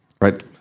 right